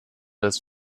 des